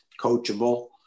coachable